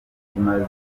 kimaze